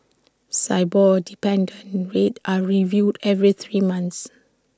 Sibor dependent rates are reviewed every three months